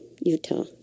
Utah